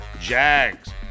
Jags